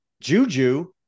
Juju